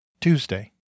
Tuesday